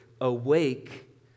Awake